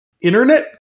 internet